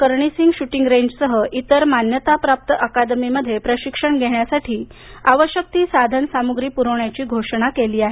करणी सिंग शुटिंग रेंजसह इतर मान्यताप्राप्त अकादमीमध्ये प्रशिक्षण घेण्यासाठी आवश्यक ती साधनसामुग्री पुरवण्याची घोषणा केली आहे